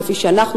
כפי שאנחנו,